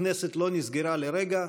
הכנסת לא נסגרה לרגע.